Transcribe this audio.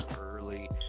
early